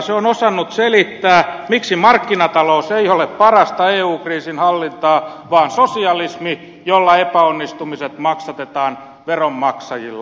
se on osannut selittää miksi markkinatalous ei ole parasta eu kriisin hallintaa vaan sosialismi jolla epäonnistumiset maksatetaan veronmaksajilla